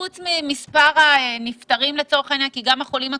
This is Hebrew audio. חוץ ממספר הנפטרים גם החולים הקשים,